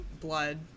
blood